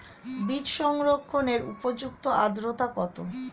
বীজ সংরক্ষণের উপযুক্ত আদ্রতা কত?